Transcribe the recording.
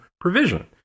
provision